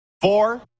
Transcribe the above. four